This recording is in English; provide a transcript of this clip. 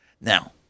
Now